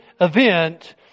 event